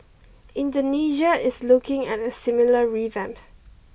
Indonesia is looking at a similar revamp